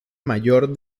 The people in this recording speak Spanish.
mayor